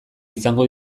izango